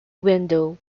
window